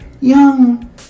young